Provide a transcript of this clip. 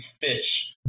fish